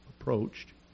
approached